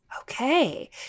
Okay